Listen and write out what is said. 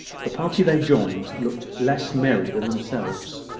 the party they joined looked less merry than themselves.